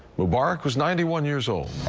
mubarak was ninety one years old.